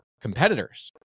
competitors